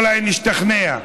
אולי נשתכנע.